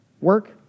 work